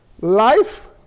Life